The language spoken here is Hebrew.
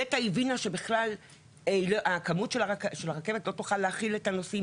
נת"ע הבינה שבכלל הרכבת לא תוכל להכיל את הנוסעים